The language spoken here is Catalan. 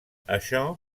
això